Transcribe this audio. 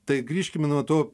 tai grįžkime nuo to